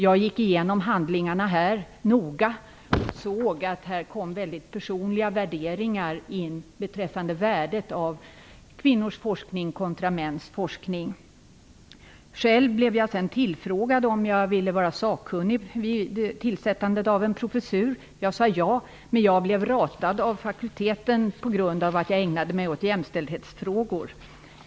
Jag gick noga igenom handlingarna och fann att det hade kommit in personliga värderingar beträffande värdet av kvinnors forskning kontra mäns forskning. Själv blev jag tillfrågad om jag ville vara sakkunnig vid tillsättandet av en professur. Jag svarade ja, men jag blev ratad av fakulteten på grund av att jag ägnade mig åt jämställdhetsfrågor.